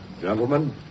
Gentlemen